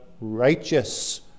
righteous